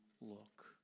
look